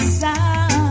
sound